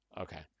Okay